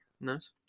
Nice